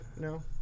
No